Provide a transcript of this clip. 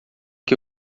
que